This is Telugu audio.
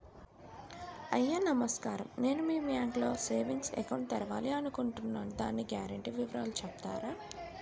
అయ్యా నమస్కారం నేను మీ బ్యాంక్ లో సేవింగ్స్ అకౌంట్ తెరవాలి అనుకుంటున్నాను దాని గ్యారంటీ వివరాలు చెప్తారా?